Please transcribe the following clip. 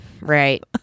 Right